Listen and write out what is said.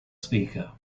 speaker